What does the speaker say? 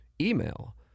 email